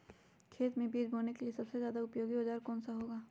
खेत मै बीज बोने के लिए सबसे ज्यादा उपयोगी औजार कौन सा होगा?